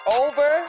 over